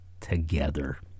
together